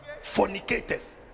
Fornicators